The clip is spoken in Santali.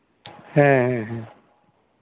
ᱦᱮᱸ ᱦᱮᱸ